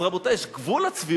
אז, רבותי, יש גבול לצביעות.